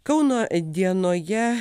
kauno dienoje